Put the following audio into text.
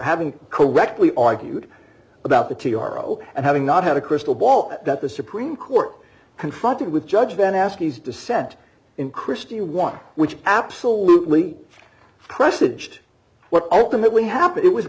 having correctly argued about the t r o and having not had a crystal ball that the supreme court confronted with judge then ask is dissent in christie one which absolutely presaged what ultimately happened it was